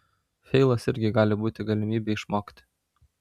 feilas irgi gali būti galimybė išmokti